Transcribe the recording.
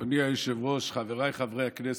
אדוני היושב-ראש, חבריי חברי הכנסת,